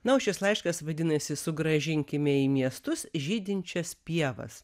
na o šis laiškas vadinasi sugrąžinkime į miestus žydinčias pievas